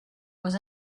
was